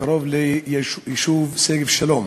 קרוב ליישוב שגב-שלום,